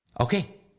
Okay